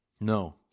No